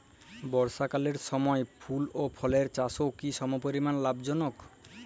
বর্ষাকালের সময় ফুল ও ফলের চাষও কি সমপরিমাণ লাভজনক?